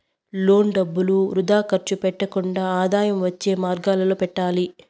loan డబ్బులు వృథా ఖర్చు పెట్టకుండా ఆదాయం వచ్చే మార్గాలలో పెట్టాలి